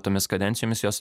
tomis kadencijomis jos